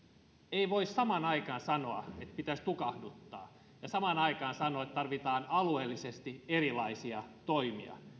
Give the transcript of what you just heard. ei voi samaan aikaan sanoa että pitäisi tukahduttaa ja samaan aikaan sanoa että tarvitaan alueellisesti erilaisia toimia